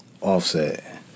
Offset